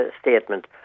statement